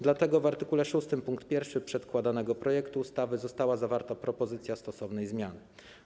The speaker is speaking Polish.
Dlatego w art. 6 pkt 1 przedkładanego projektu ustawy została zawarta propozycja stosownej zmiany.